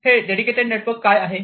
हे dedicated network काय आहे